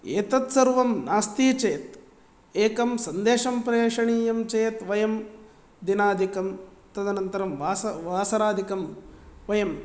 एतत् सर्वं नास्ति चेत् एकं संदेशं प्रेषणीयं चेत् वयं दिनाधिकं तदनन्तरं मास वासराधिकं वयं